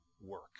work